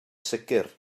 sicr